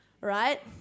right